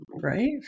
Right